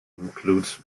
include